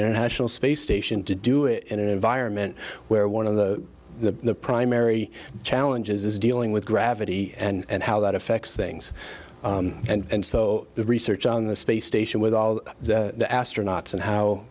international space station to do it in an environment where one of the the primary challenges is dealing with gravity and how that affects things and so the research on the space station with all the astronauts and how